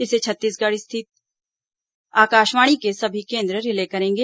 इसे छत्तीसगढ़ में स्थित आकाशवाणी के सभी केन्द्र रिले करेंगे